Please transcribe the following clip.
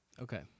Okay